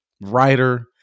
writer